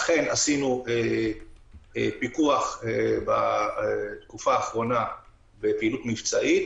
אכן, עשינו פיקוח בתקופה האחרונה בפעילות מבצעית.